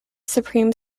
supreme